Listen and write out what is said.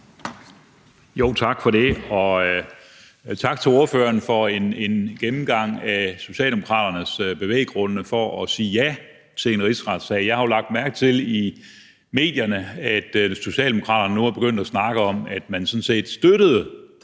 Tak for det. Tak til ordføreren for en gennemgang af Socialdemokraternes bevæggrunde for at sige ja til en rigsretssag. Jeg har jo lagt mærke til i medierne, at Socialdemokraterne nu er begyndt at snakke om, at man sådan set støttede